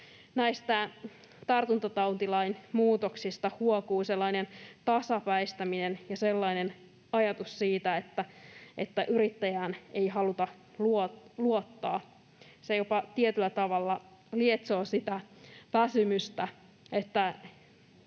tartuntatautilain muutoksista huokuu sellainen tasapäistäminen ja sellainen ajatus siitä, että yrittäjään ei haluta luottaa. Se jopa tietyllä tavalla lietsoo sitä väsymystä,